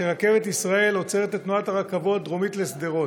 שרכבת ישראל עוצרת את תנועת הרכבות דרומית לשדרות.